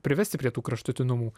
privesti prie tų kraštutinumų